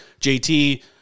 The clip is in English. JT